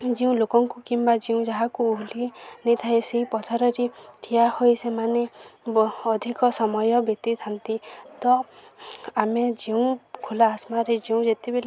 ଯେଉଁ ଲୋକଙ୍କୁ କିମ୍ବା ଯେଉଁ ଯାହାକୁ ଓହଲି ନେଇଥାଏ ସେଇ ପଥରରେ ଠିଆ ହୋଇ ସେମାନେ ଅଧିକ ସମୟ ବିତେଇଥାନ୍ତି ତ ଆମେ ଯେଉଁ ଖୋଲା ଆସମାରେ ଯେଉଁ ଯେତେବେଲେ